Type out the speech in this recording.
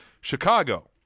Chicago